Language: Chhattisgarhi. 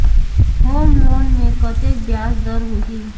होम लोन मे कतेक ब्याज दर होही?